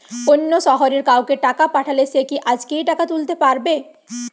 অন্য শহরের কাউকে টাকা পাঠালে সে কি আজকেই টাকা তুলতে পারবে?